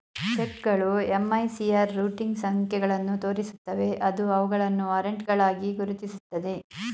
ಚೆಕ್ಗಳು MICR routing ಸಂಖ್ಯೆಗಳನ್ನು ತೋರಿಸುತ್ತವೆ ಅದು ಅವುಗಳನ್ನು ವಾರೆಂಟ್ಗಳಾಗಿ ಗುರುತಿಸುತ್ತದೆ